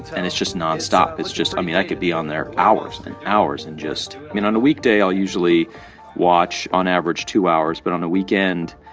and it's just nonstop. it's just i mean, i could be on there hours and hours and just i mean, on a weekday, i'll usually watch on average two hours. but on a weekend,